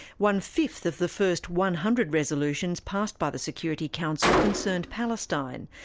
one fifth of the first one hundred resolutions passed by the security council concerned palestine,